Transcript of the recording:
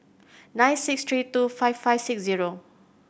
nine six three two five five six zero